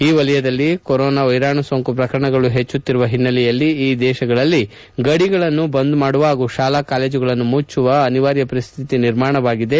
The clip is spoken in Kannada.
ಈ ವಲಯದಲ್ಲಿ ಕೊರೋನಾ ವೈರಾಣು ಸೋಂಕು ಶ್ರಕರಣಗಳು ಹೆಚ್ಚಾಗುತ್ತಿರುವ ಹಿನ್ನೆಲೆಯಲ್ಲಿ ಈ ದೇಶಗಳಲ್ಲಿ ಗಡಿಗಳನ್ನು ಬಂದ್ ಮಾಡುವ ಹಾಗೂ ಶಾಲಾ ಕಾಲೇಜುಗಳನ್ನು ಮುಚ್ಚುವ ಅನಿವಾರ್ಯ ಪರಿಸ್ತಿತಿ ನಿರ್ಮಾಣವಾಗಿದೆ